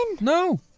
No